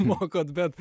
mokot bet